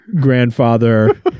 Grandfather